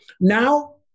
Now